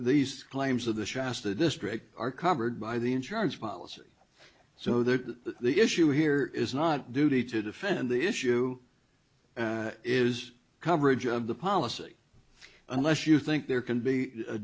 these claims of the shasta district are covered by the insurance policy so that the issue here is not duty to defend the issue is coverage of the policy unless you think there can be a